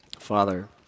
Father